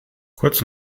kurz